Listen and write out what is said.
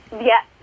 Yes